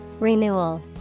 Renewal